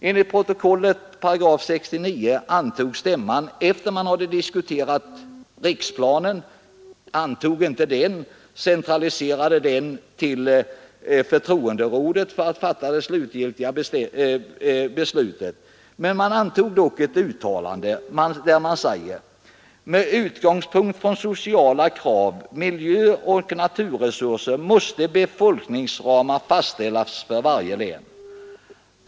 Enligt stämmans protokoll §69 antogs inte riksplanen av stämman utan ”centraliserades” efter diskussion till förtroenderådet, som skulle fatta det slutgiltiga beslutet. Men man antog dock ett uttalande av följande lydelse: ”Med utgångspunkt från sociala krav, miljö och naturresurser måste befolkningsramar fastställas för varje län.